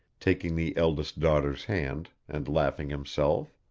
taking the eldest daughter's hand, and laughing himself.